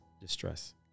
distress